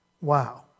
Wow